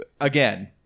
again